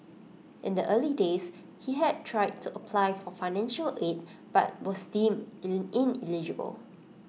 in the early days he had tried to apply for financial aid but was deemed ineligible